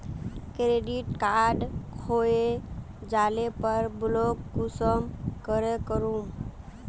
Credit card खोये जाले पर ब्लॉक कुंसम करे करूम?